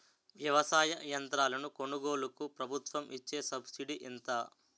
వ్యవసాయ యంత్రాలను కొనుగోలుకు ప్రభుత్వం ఇచ్చే సబ్సిడీ ఎంత?